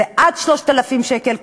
זה עד 3,000 שקל,